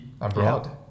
abroad